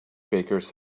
bakers